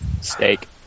Steak